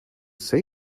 say